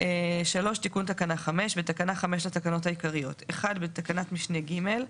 תיקון תקנה 5. בתקנה 5 לתקנות העיקריות - בתקנת משנה (ג),